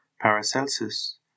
Paracelsus